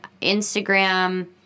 Instagram